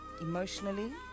emotionally